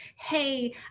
hey